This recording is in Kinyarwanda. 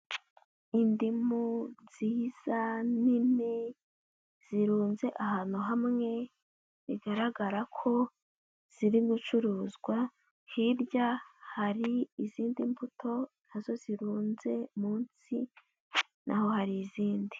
Indimu nziza nini zirunze ahantu hamwe, bigaragara ko ziri gucuruzwa, hirya hari izindi mbuto na zo zirunze munsi na ho hari izindi.